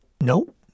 Nope